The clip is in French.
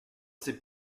sais